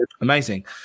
Amazing